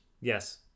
Yes